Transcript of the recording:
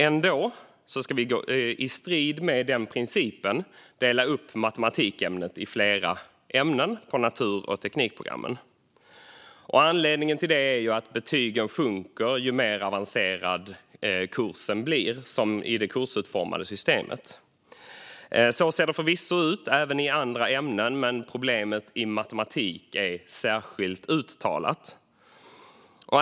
Ändå ska vi, i strid med den principen, dela upp matematikämnet i flera ämnen på natur och teknikprogrammen. Anledningen till detta är att betygen sjunker ju mer avancerad kursen blir, som i det kursutformade systemet. Så ser det förvisso ut även i andra ämnen, men problemet är särskilt uttalat när det gäller matematik.